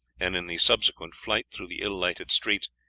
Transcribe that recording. and in the subsequent flight through the ill-lighted streets,